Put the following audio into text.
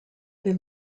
they